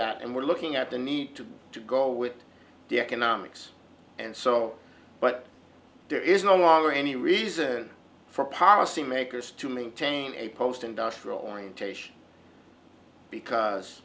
that and we're looking at the need to to go with the economics and so on but there is no longer any reason for policymakers to maintain a post industrial orientation because